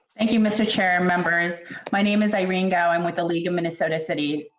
thank you. mister chair members my name is irene going with the league of minnesota cities.